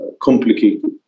complicated